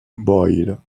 boyle